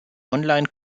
online